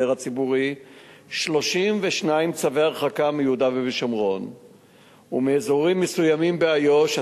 הציבורי 32 צווי הרחקה מיהודה ושומרון ומאזורים מסוימים באיו"ש.